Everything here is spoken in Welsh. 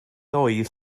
oedd